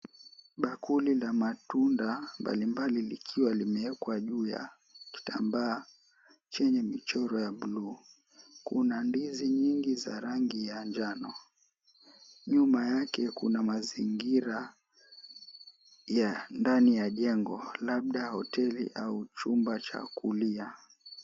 Bakuli la matunda mbalimbali likiwa limewekwa juu ya kitambaa chenye michoro ya bluu. Kuna ndizi nyingi za rangi ya njano. Nyuma yake kuna mazingira ya ndani ya jengo labda hoteli au chumba cha kulia.